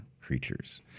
creatures